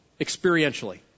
experientially